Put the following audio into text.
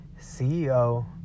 CEO